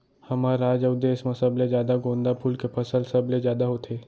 हमर राज अउ देस म सबले जादा गोंदा फूल के फसल सबले जादा होथे